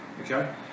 Okay